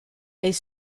est